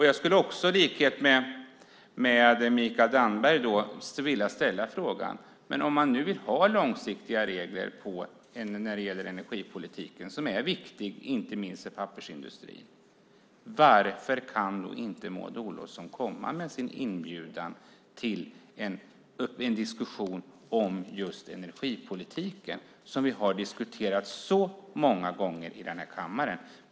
Jag skulle också i likhet med Mikael Damberg vilja ställa frågan: Om man nu vill ha långsiktiga regler när det gäller energipolitiken, som är viktig inte minst för pappersindustrin, varför kan då inte Maud Olofsson komma med sin inbjudan till en diskussion om energipolitiken, som vi har diskuterat så många gånger i kammaren?